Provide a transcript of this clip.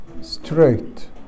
Straight